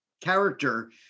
character